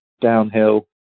downhill